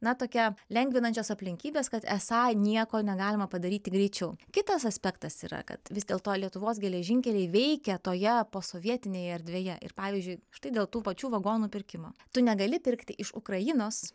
na tokia lengvinančios aplinkybės kad esą nieko negalima padaryti greičiau kitas aspektas yra kad vis dėl to lietuvos geležinkeliai veikia toje posovietinėje erdvėje ir pavyzdžiui štai dėl tų pačių vagonų pirkimo tu negali pirkti iš ukrainos